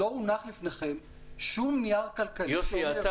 לא הונח לפניכם שום נייר כלכלי שאומר --- יוסי,